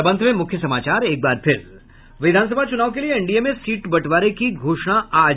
और अब अंत में मुख्य समाचार विधानसभा चुनाव के लिए एनडीए में सीट बंटवारे की घोषणा आज